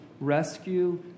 rescue